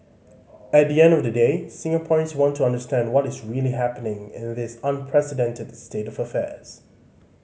at the end of the day Singaporeans want to understand what is really happening in this unprecedented state of affairs